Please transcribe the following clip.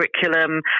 curriculum